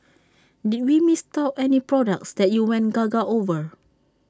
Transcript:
did we miss out any products that you went gaga over